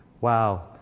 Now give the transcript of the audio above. wow